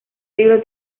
libro